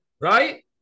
right